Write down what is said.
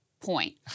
Point